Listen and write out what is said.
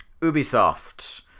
Ubisoft